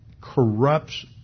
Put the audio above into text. corrupts